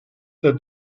der